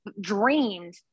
dreamed